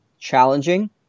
challenging